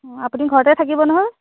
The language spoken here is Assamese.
অঁ আপুনি ঘৰতে থাকিব নহয়